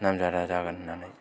नाम जादा जागोन होन्नानै